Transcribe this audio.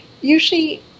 usually